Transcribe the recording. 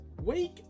Wake